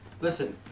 Listen